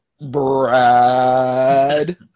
Brad